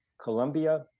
colombia